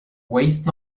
waste